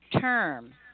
term